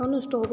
Anu stop